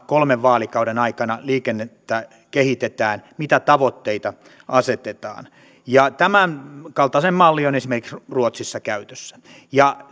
kolmen vaalikauden aikana liikennettä kehitetään mitä tavoitteita asetetaan tämän kaltainen malli on esimerkiksi ruotsissa käytössä ja